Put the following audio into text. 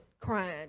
crying